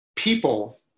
people